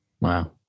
Wow